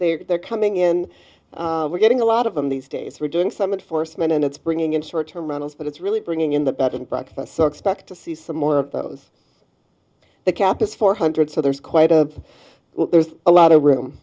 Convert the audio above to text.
they're coming in we're getting a lot of them these days we're doing something for cement and it's bringing in short term models but it's really bringing in the bed and breakfast so expect to see some more of those the cap is four hundred so there's quite a there's a lot of room